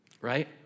right